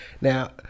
Now